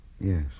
Yes